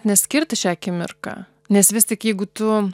neskirti šią akimirką nes vis tik jeigu tu